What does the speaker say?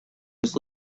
was